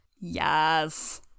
Yes